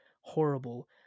horrible